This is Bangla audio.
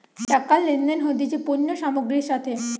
টাকা লেনদেন হতিছে পণ্য সামগ্রীর সাথে